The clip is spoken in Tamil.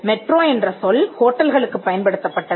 மெட்ரோ என்ற சொல் ஹோட்டல்களுக்குப் பயன் படுத்தப் பட்டது